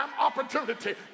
opportunity